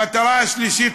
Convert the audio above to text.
המטרה השלישית,